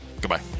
goodbye